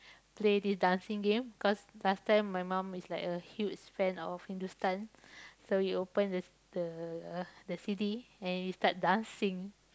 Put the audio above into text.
play this dancing game cause last time my mom is like a huge fan of Hindustan so we open the the the C_D and we start dancing